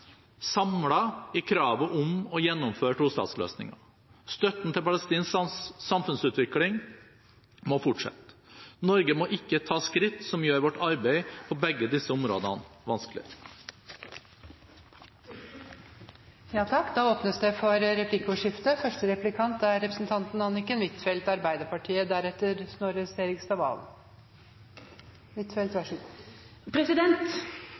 i kravet om å gjennomføre tostatsløsningen. Støtten til palestinsk samfunnsutvikling må fortsette. Norge må ikke ta skritt som gjør vårt arbeid på begge disse områdene vanskeligere. Det blir replikkordskifte. En anerkjennelse vil svekke Norges rolle i fredsprosessen, sa utenriksministeren. Jeg synes det er